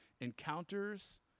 encounters